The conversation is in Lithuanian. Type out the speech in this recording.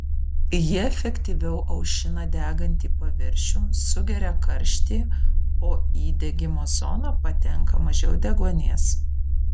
ji efektyviau aušina degantį paviršių sugeria karštį o į degimo zoną patenka mažiau deguonies